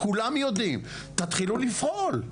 כולם יודעים תתחילו לפעול.